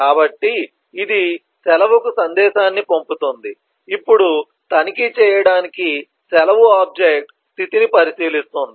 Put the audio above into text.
కాబట్టి ఇది సెలవుకు సందేశాన్ని పంపుతుంది ఇప్పుడు తనిఖీ చేయడానికి సెలవు ఆబ్జెక్ట్ స్థితిని పరిశీలిస్తుంది